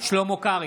שלמה קרעי,